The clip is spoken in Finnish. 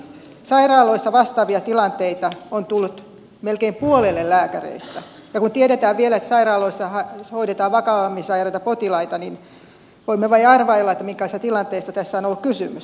sairaaloissa vastaavia tilanteita on tullut melkein puolelle lääkäreistä ja kun tiedetään vielä että sairaaloissa hoidetaan vakavammin sairaita potilaita niin voimme vain arvailla minkälaisista tilanteista tässä on ollut kysymys